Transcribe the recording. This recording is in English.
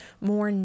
more